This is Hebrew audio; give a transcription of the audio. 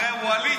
הרי ווליד